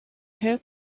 her